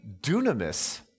dunamis